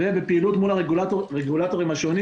ובפעילות מול הרגולטורים השונים